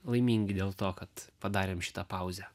laimingi dėl to kad padarėm šitą pauzę